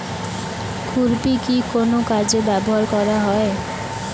খুরপি কি কোন কাজে ব্যবহার করা হয়?